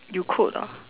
you quote ah